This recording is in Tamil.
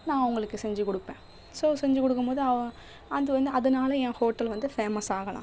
நான் உங்களுக்கு செஞ்சுக் கொ டுப்பேன் ஸோ செஞ்சுக் கொடுக்கம்போது அவ அது வந்து அதனால் ஏன் ஹோட்டல் வந்து ஃபேமஸ் ஆகலாம்